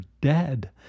dead